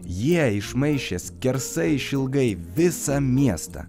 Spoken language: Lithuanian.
jie išmaišė skersai išilgai visą miestą